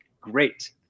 Great